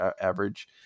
average